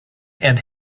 and